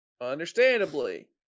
Understandably